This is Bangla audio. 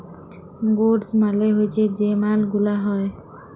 গুডস মালে হচ্যে যে মাল গুলা হ্যয়